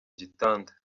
gitanda